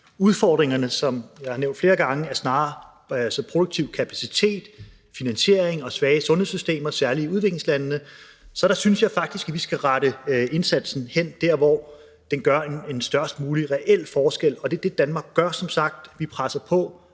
Udfordringerne, som jeg har nævnt flere gange, er snarere produktionskapacitet, finansiering og svage sundhedssystemer, særlig i udviklingslandene. Så jeg synes faktisk, at vi skal rette indsatsen derhen, hvor den gør den størst mulige reelle forskel. Og som sagt er det, som Danmark gør, nemlig at presse på